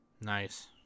Nice